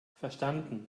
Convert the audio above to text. verstanden